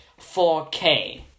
4K